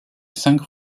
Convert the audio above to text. cinq